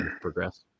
progress